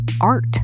art